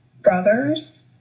brothers